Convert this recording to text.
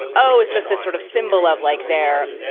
oh, it's just this sort of symbol of like there,